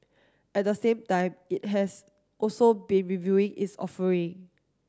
at the same time it has also been reviewing its offering